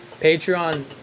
Patreon